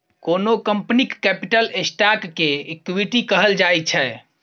कोनो कंपनीक capital stock केँ इक्विटी कहल जाइ छै